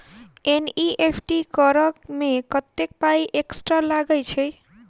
NEFT करऽ मे कत्तेक पाई एक्स्ट्रा लागई छई?